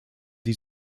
die